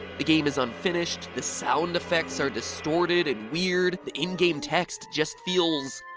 the game is unfinished, the sound effects are distorted and weird, the in-game text just feels.